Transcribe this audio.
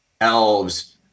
elves